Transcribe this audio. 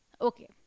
Okay